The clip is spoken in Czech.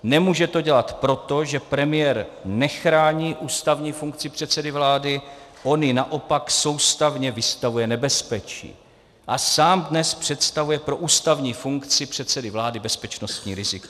Nemůže to dělat, protože premiér nechrání ústavní funkci předsedy vlády, on ji naopak soustavně vystavuje nebezpečí a sám dnes představuje pro ústavní funkci předsedy vlády bezpečnostní riziko.